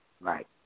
Right